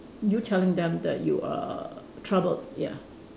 you telling them that you are troubled ya